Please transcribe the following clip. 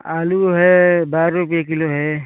आलू है बारा रुपये किलो है